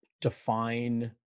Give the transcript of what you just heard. define